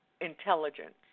intelligence